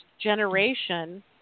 generation